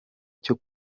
cyo